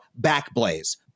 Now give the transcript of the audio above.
Backblaze